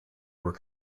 were